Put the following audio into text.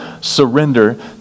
surrender